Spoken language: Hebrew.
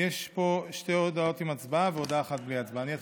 יש פה שתי הודעות עם הצבעה והודעה אחת בלי הצבעה.